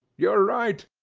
you're right.